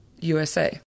USA